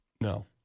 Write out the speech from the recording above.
No